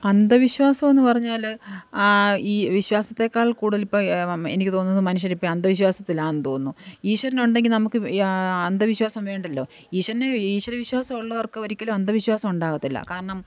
അന്ധവിശ്വാസമെന്ന് പറഞ്ഞാൽ ആ ഈ വിശ്വാസത്തേക്കാൾ കൂടുതൽ ഇപ്പം എനിക്ക് തോന്നുന്നത് മനുഷ്യരിപ്പം അന്ധവിശ്വാസത്തിലാണെന്ന് തോന്നുന്നു ഈശ്വരനുണ്ടെങ്കിൽ നമുക്ക് അന്ധവിശ്വാസം വേണ്ടല്ലൊ ഈശ്വരനെ ഈശ്വരവിശ്വാസമുള്ളവർക്ക് ഒരിക്കലും അന്ധവിശ്വാസം ഉണ്ടാവത്തില്ല കാരണം